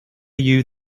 you